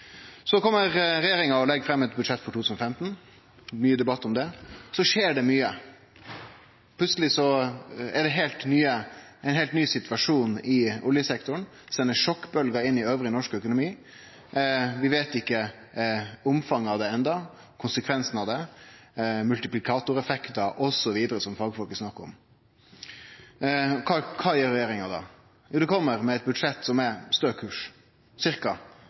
Så legg regjeringa fram budsjettet for 2015, det blir mykje debatt om det, og så skjer det mykje. Plutseleg er det ein heilt ny situasjon i oljesektoren. Det sender sjokkbølgjer inn i resten av norsk økonomi. Vi veit ikkje omfanget og konsekvensen av det enno – multiplikatoreffektar osv., som fagfolk snakkar om. Kva gjer regjeringa då? Jo, ho kjem med eit budsjett som er